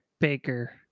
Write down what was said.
Baker